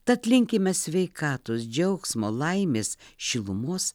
tad linkime sveikatos džiaugsmo laimės šilumos